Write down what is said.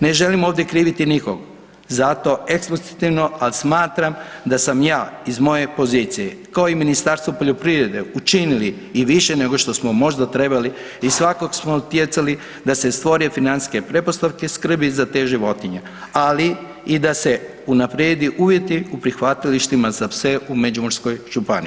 Ne želim ovdje kriviti nikog, zato eksplicitno ali smatram da sam ja iz moje pozicije kao i Ministarstvo poljoprivrede učinili i više nego što smo možda trebali i svakako smo utjecali da se stvore financijske pretpostavke skrbi za te životinje ali i da se unaprijede uvjeti u prihvatilištima za pse u Međimurskoj županiji.